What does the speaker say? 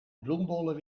bloembollen